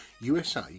USA